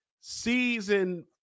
season